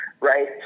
right